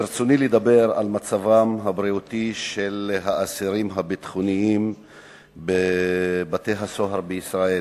ברצוני לדבר על מצבם הבריאותי של האסירים הביטחוניים בבתי-הסוהר בישראל.